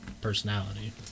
personality